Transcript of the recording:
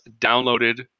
downloaded